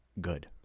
good